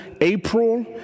April